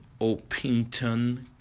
Opington